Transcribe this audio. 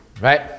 right